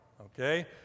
okay